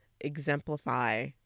exemplify